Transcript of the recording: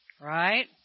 Right